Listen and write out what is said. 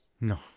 No